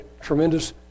tremendous